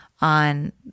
on